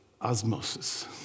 osmosis